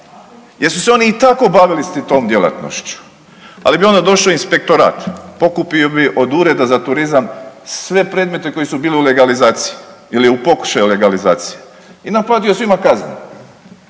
su se oni i tako bavili tom djelatnošću ali bi onda došao inspektorat, pokupio bi od ureda za turizam sve predmete koji su bili u legalizaciji ili u pokušaju legalizacije i naplatio svima kaznu,